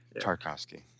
Tarkovsky